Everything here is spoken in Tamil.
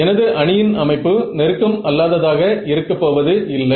எனது அணியின் அமைப்பு நெருக்கம் அல்லாததாக இருக்க போவது இல்லை